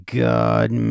god